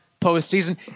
postseason